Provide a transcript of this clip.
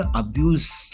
abuse